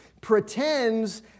pretends